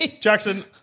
Jackson